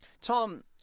Tom